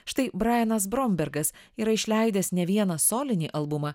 štai brajenas brombergas yra išleidęs ne vieną solinį albumą